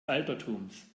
altertums